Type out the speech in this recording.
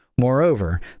Moreover